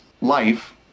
life